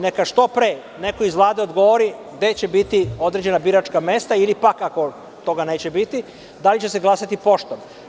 Neka što pre neko iz Vlade odgovori – gde će biti određena biračka mesta, ili pak, ako toga neće biti, da li će se glasati poštom?